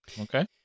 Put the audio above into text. Okay